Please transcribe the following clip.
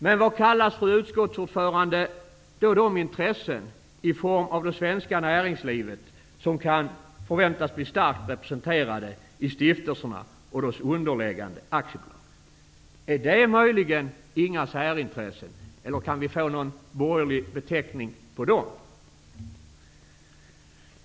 Men vad kallas, fru utskottsordförande, de intressen, i form av det svenska näringslivet, som kan förväntas bli starkt representerade i stiftelserna och dess underliggande aktiebolag. Är det möjligen ''inga särintressen'', eller kan vi få någon borgerlig beteckning på dem?